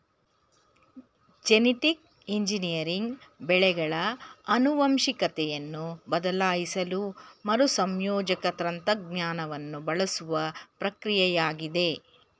genetic engineering ಬೆಳೆಗಳ ಆನುವಂಶಿಕತೆಯನ್ನು ಬದಲಾಯಿಸಲು ಮರುಸಂಯೋಜಕ ತಂತ್ರಜ್ಞಾನವನ್ನು ಬಳಸುವ ಪ್ರಕ್ರಿಯೆಯಾಗಿದೆ